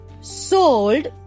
sold